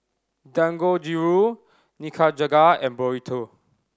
Dangojiru Nikujaga and Burrito